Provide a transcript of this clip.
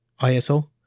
ISO